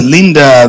Linda